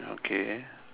okay